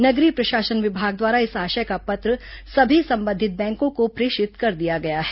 नगरीय प्रशासन विभाग द्वारा इस आशय का पत्र सभी संबंधित बैंकों को प्रेषित कर दिया गया है